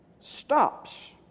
stops